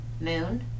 Moon